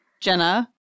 Jenna